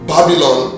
Babylon